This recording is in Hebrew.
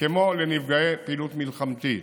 כמו לנפגעי פעילות מלחמתית.